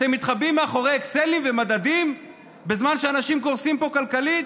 אתם מתחבאים מאחורי אקסלים ומדדים בזמן שאנשים קורסים פה כלכלית?